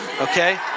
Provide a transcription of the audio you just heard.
okay